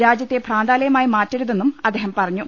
രാജ്യത്തെ ഭ്രാന്താലയമായി മാറ്റരുതെന്നും അദ്ദേഹം പറഞ്ഞു